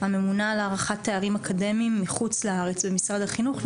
הממונה על הערכת תארים אקדמיים מחוץ לארץ במשרד החינוך.